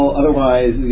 otherwise